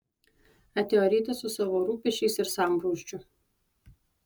atėjo rytas su savo rūpesčiais ir sambrūzdžiu